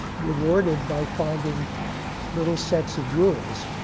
rewarded by finding little sets of rules,